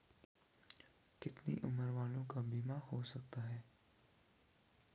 कितने उम्र वालों का बीमा हो सकता है?